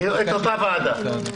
אותה ועדה.